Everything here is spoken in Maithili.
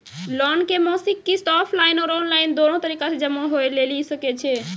लोन के मासिक किस्त ऑफलाइन और ऑनलाइन दोनो तरीका से जमा होय लेली सकै छै?